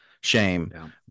Shame